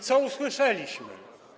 Co usłyszeliśmy?